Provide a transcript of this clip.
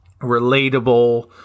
relatable